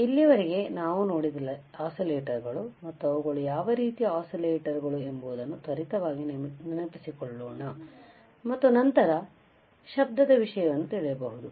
ಇಲ್ಲಿಯವರೆಗೆ ನಾವು ನೋಡಿದ ಆಸಿಲೇಟರಗಳು ಮತ್ತು ಅವುಗಳು ಯಾವ ರೀತಿಯ ಆಸಿಲೇಟರಗಳು ಎಂಬುದನ್ನು ತ್ವರಿತವಾಗಿ ನೆನಪಿಸಿಕೊಳ್ಳೋಣ ಮತ್ತು ನಂತರ ಶಬ್ದದ ವಿಷಯಗಳನ್ನು ತಿಳಿಯಬಹುದು